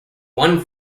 one